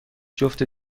جفت